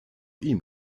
ihm